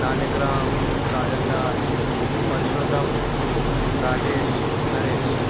Nanakram Sajandas Parshottam Rajesh Naresh